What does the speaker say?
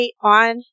on